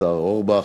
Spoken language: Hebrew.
השר אורבך,